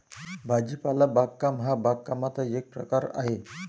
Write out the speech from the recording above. भाजीपाला बागकाम हा बागकामाचा एक प्रकार आहे